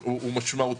לגבי הסכום, יש.